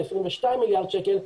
זה 22 מיליארד שקלים,